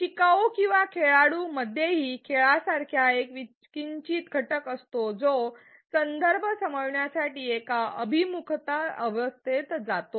शिकाऊ किंवा खेळाडू मध्येही खेळासारखा एक किंचित घटक असतो जो संदर्भ समजण्यासाठी एका अभिमुखता अवस्थेत जातो